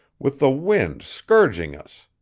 with the wind scourging us.